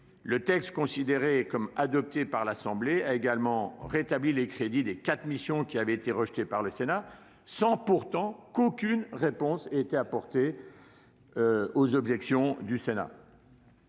Le texte considéré comme adopté par l'Assemblée nationale a également rétabli les crédits des quatre missions qui avaient été rejetés par le Sénat, sans apporter aucune réponse aux objections du Sénat.